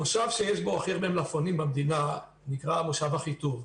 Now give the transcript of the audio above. המושב שיש בו הכי הרבה מלפפונים במדינה הוא מושב אחיטוב.